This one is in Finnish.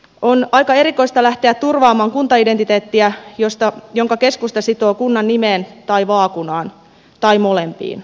on aika erikoista lähteä turvaamaan kuntaidentiteettiä jonka keskusta sitoo kunnan nimeen tai vaakunaan tai molempiin